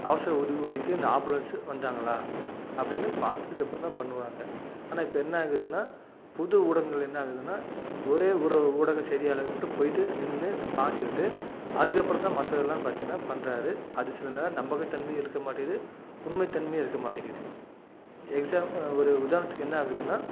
அவசர உதவிக்கு இந்த ஆம்புலன்ஸ் வந்தாங்களா அப்படின்னு பாத்ததுக்கப்புறம் தான் பண்ணுவாங்க ஆனால் இப்போ என்ன ஆகுதுன்னா புது ஊடகங்கள் என்ன ஆகுதுன்னா ஒரே ஒரு ஊடக செய்தியாளர் மட்டும் போய்ட்டு நின்று பார்த்துக்கிட்டு அதுக்கப்புறம் தான் மற்றதெல்லாம் பாத்தோன்னா பண்ணுறாரு அது சில நேரம் நம்பகத்தன்மையும் இருக்க மாட்டிங்கிது உண்மைத்தன்மையும் இருக்க மாட்டிங்கிது எக்ஸாம் ஒரு உதாரணத்துக்கு என்ன ஆகுதுன்னா